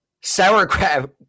sauerkraut